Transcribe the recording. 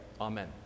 Amen